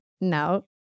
No